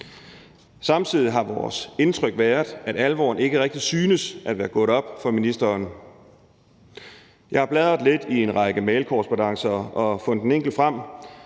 samtidig er det vores indtryk, at alvoren ikke rigtig synes at være gået op for ministeren. Jeg har bladret lidt i en række mailkorrespondancer og fundet en enkelt frem.